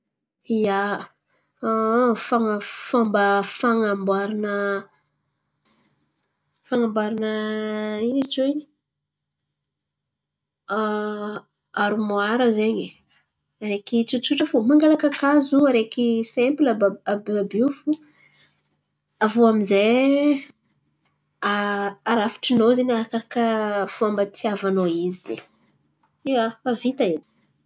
Ia, fan̈a fômba fan̈amboarana fan̈amboarana ino izy tiô in̈y? Arimoara zen̈y araiky tsotsotra fo. Mangala kakazo zen̈y araiky saimpila àby àby àby io fo. Aviô amy zay arafitrinao zen̈y arakaraka fômba itiavanao izy zen̈y. Ia, fa vita edy.